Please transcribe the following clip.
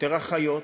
יותר אחיות,